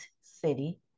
city